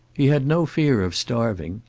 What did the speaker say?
he had no fear of starving.